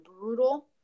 brutal